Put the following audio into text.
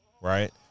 right